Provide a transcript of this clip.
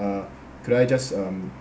uh could I just um